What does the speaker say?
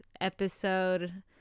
episode